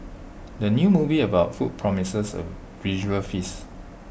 the new movie about food promises A visual feast